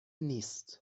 نیست